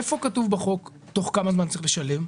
איפה כתוב בחוק תוך כמה זמן צריך לשלם?